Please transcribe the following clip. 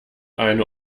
eine